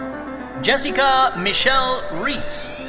jessyca michelle reese.